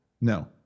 No